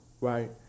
Right